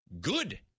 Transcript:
good